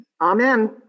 Amen